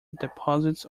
deposits